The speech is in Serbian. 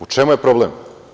U čemu je problem?